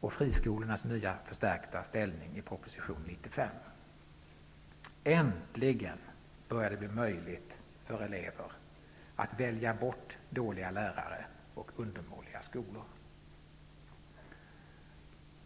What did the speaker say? och friskolornas nya förstärkta ställning, som framgår av proposition 95. Äntligen börjar det bli möjligt för elever att välja bort dåliga lärare och undermåliga skolor!